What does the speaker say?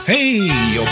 Hey